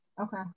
Okay